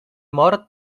mor